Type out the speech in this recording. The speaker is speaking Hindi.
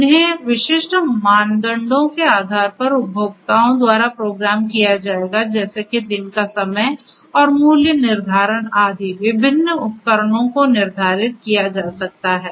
उन्हें विशिष्ट मानदंडों के आधार पर उपभोक्ताओं द्वारा प्रोग्राम किया जाएगा जैसे कि दिन का समय और मूल्य निर्धारण आदि विभिन्न उपकरणों को निर्धारित किया जा सकता है